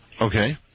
Okay